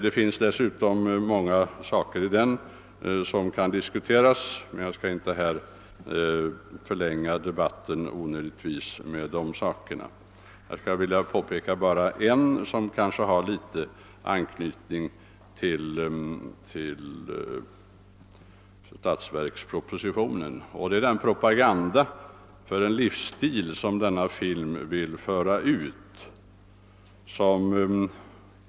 Det finns många saker i den som kan diskuteras, men jag skall inte förlänga debatten onödigtvis med att ta upp dem. Jag vill bara påpeka en sak, som kanske har någon anknytning till statsverkspropositionen. Jag tänker på den propaganda för en livsstil som denna film vill föra ut.